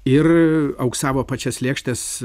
ir auksavo pačias lėkštės